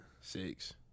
six